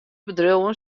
bedriuwen